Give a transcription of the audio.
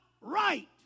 right